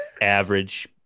average